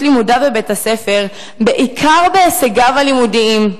לימודיו בבית-הספר בעיקר בהישגיו הלימודיים,